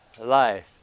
life